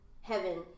heaven